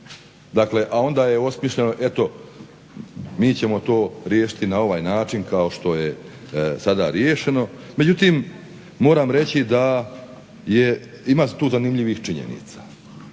trajno. A onda je osmišljeno eto mi ćemo to riješiti na ovaj način kao što je sada riješeno. Međutim, moram reći da ima tu zanimljivih činjenica.